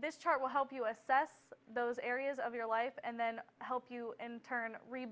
this chart will help us assess those areas of your life and then help you in turn re